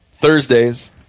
Thursdays